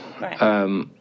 Right